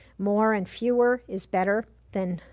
more and fewer is better than,